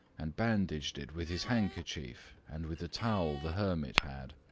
and bandaged it with his handkerchief and with a towel the hermit had.